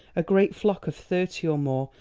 a great flock of thirty or more,